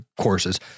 courses